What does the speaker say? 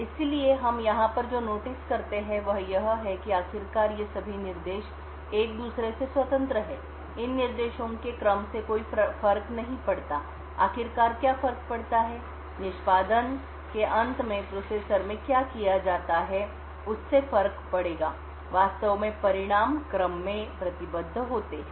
इसलिए हम यहां पर जो नोटिस करते हैं वह यह है कि आखिरकार ये सभी निर्देश एक दूसरे से स्वतंत्र होते हैं इन निर्देशों के क्रम से कोई फर्क नहीं पड़ता आखिरकार क्या फर्क पड़ता है निष्पादन के अंत में प्रोसेसर में क्या किया जाता है वास्तव में परिणाम क्रम में प्रतिबद्ध होते हैं